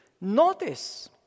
Notice